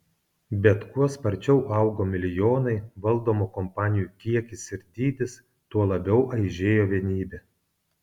bet kuo sparčiau augo milijonai valdomų kompanijų kiekis ir dydis tuo labiau aižėjo vienybė